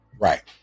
Right